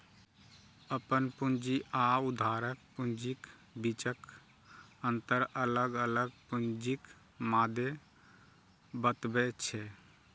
अपन पूंजी आ उधारक पूंजीक बीचक अंतर अलग अलग पूंजीक मादे बतबै छै